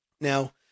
Now